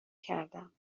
کردم